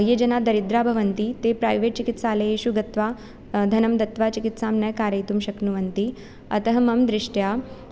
ये जनाः दरिद्राः भवन्ति ते प्रैवेट् चिकित्सालयेषु गत्वा धनं दत्वा चिकित्सां न कारयितुं शक्नुवन्ति अतः मम दृष्ट्या